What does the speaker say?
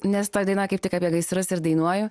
nes toj dainoj kaip tik apie gaisrus ir dainuoju